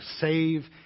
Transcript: save